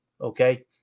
Okay